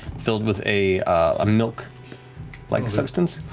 filled with a ah milk-like like substance.